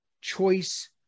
choice